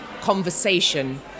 conversation